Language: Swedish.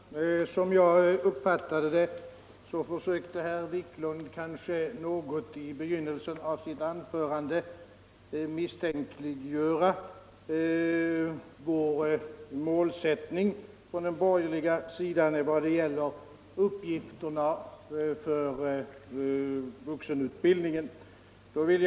Herr talman! Som jag uppfattade det försökte herr Wiklund i begynnelsen av sitt anförande något misstänkliggöra vår målsättning på borgerligt håll i vad gäller vuxenutbildningens uppgifter.